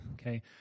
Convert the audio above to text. okay